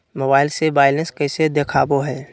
Mobile से balance कैसे देखाबो है?